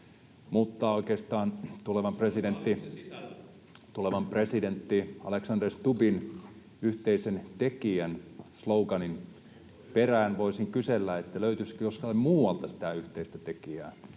Mutta oikeastaan tulevan presidentin Alexander Stubbin yhteinen tekijä ‑sloganin perään voisin kysellä, löytyisikö jostain muualta sitä yhteistä tekijää.